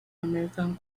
american